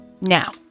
Now